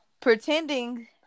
pretending